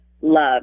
love